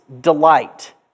delight